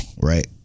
Right